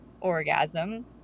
orgasm